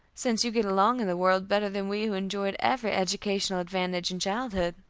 since you get along in the world better than we who enjoyed every educational advantage in childhood.